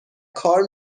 کار